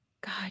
God